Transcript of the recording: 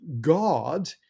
God